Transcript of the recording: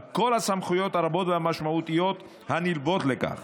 על כל הסמכויות הרבות והמשמעותיות הנלוות לכך.